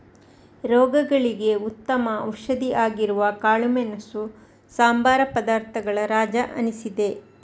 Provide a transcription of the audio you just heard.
ರೋಗಗಳಿಗೆ ಉತ್ತಮ ಔಷಧಿ ಆಗಿರುವ ಕಾಳುಮೆಣಸು ಸಂಬಾರ ಪದಾರ್ಥಗಳ ರಾಜ ಅನಿಸಿದೆ